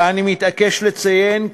שאני מתעקש לציין,